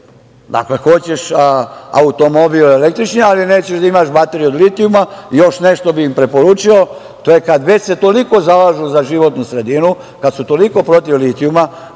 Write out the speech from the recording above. Dakle, hoćeš automobil električni, ali nećeš da imaš bateriju od litijuma. Još nešto bih im preporučio, kada se već toliko zalažu za životnu sredinu, kada su toliko protiv litijuma,